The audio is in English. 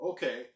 Okay